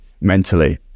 mentally